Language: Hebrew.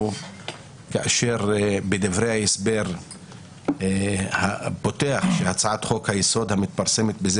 כאשר בדברי ההסבר פותח שהצעת חוק היסוד המתפרסמת בזה